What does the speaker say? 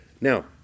Now